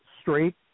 straight